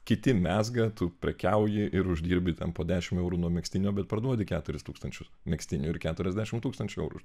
kiti mezga tu prekiauji ir uždirbi ten po dešimt eurų nuo megztinio bet parduodi keturis tūkstančius megztinių ir keturiasdešimt tūkstančių už